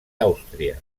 àustria